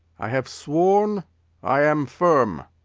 i have sworn i am firm.